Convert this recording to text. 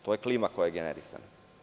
To je klima koja je generisana.